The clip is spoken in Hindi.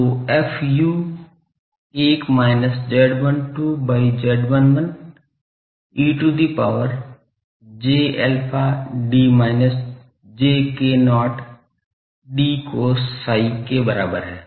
तो F 1 minus Z12 by Z11 e to the power j alpha d minus j k0 d cos psi के बराबर है